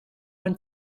ein